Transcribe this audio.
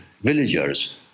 villagers